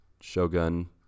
shogun